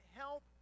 help